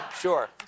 Sure